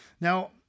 Now